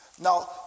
Now